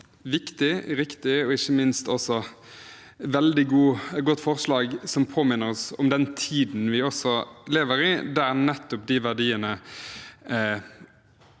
viktig, et riktig og ikke minst et veldig godt forslag som påminner oss om den tiden vi lever i, der nettopp de verdiene